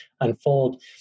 unfold